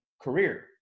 career